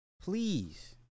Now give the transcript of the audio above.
please